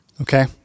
Okay